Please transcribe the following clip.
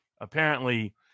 apparently-